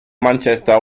manchester